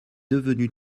devenu